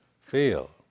feel